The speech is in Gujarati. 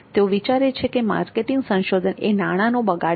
તેઓ વિચારે છે કે માર્કેટિંગ સંશોધન એ નાણાનો બગાડ છે